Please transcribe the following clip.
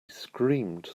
screamed